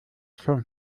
schon